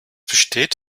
besteht